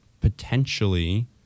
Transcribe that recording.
potentially